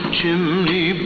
chimney